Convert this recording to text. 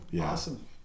Awesome